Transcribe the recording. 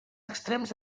extrems